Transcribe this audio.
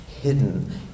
hidden